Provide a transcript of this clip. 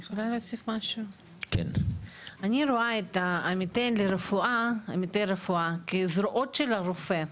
אני רואה את עמיתי רפואה כזרועות של הרופא,